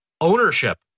ownership